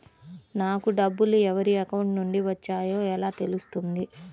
నాకు డబ్బులు ఎవరి అకౌంట్ నుండి వచ్చాయో ఎలా తెలుస్తుంది?